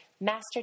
master